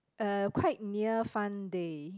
uh quite near fun day